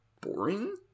boring